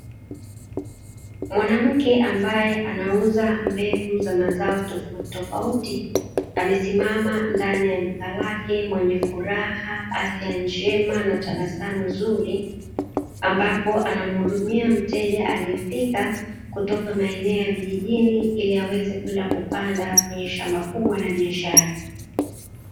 Mwanamke ambaye anauza mbegu za mazao tofauti tofauti amesimama ndani ya duka lake ambapo anamhudumia mteja aliyefika kutoka maeneo ya vijijini ili aweze kwenda kupanda kwenye shamba kubwa na biashara.